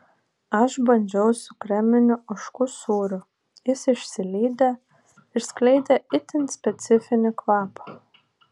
aš bandžiau su kreminiu ožkų sūriu jis išsilydė ir skleidė itin specifinį kvapą